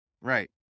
Right